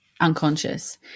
unconscious